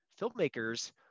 Filmmakers